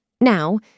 Now